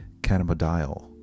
cannabidiol